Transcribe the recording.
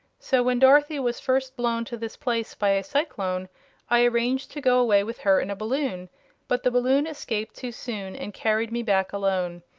so when dorothy was first blown to this place by a cyclone i arranged to go away with her in a balloon but the balloon escaped too soon and carried me back alone.